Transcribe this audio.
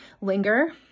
linger